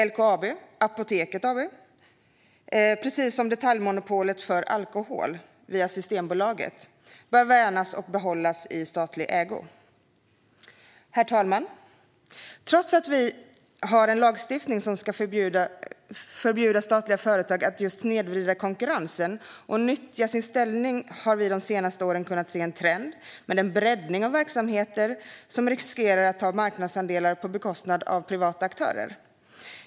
LKAB och Apoteket AB bör precis som detaljmonopolet för alkohol via Systembolaget värnas och behållas i statlig ägo. Herr talman! Trots att svensk lagstiftning förbjuder statliga företag att snedvrida konkurrensen och nyttja sin ställning har vi de senaste åren kunnat se en trend med en breddning av verksamheter som riskerar att ta marknadsandelar på bekostnad av privata aktörer.